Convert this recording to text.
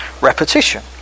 repetition